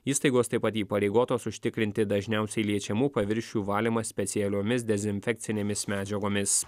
įstaigos taip pat įpareigotos užtikrinti dažniausiai liečiamų paviršių valymą specialiomis dezinfekcinėmis medžiagomis